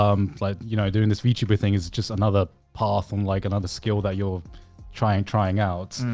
um like, you know, doing this vtuber thing is just another path on like another skill that you're trying trying out.